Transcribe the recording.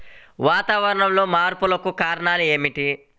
వాతావరణంలో మార్పులకు కారణాలు ఏమిటి?